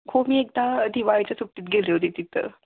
हो मी एकदा दिवाळीच्या सुट्टीत गेले होते तिथं